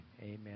amen